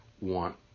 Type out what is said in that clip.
want